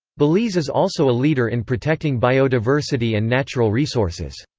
belize is also a leader in protecting biodiversity and natural resources.